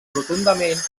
rotundament